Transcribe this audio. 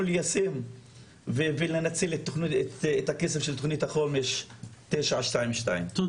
ליישם ולנצל את הכסף של תוכנית החומש 922. תודה לכם.